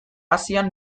asian